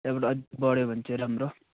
त्यहाँबाट अलिक बढ्यो भने चाहिँ राम्रो